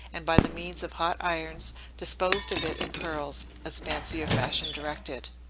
and by the means of hot irons disposed of it in curls, as fancy or fashion directed.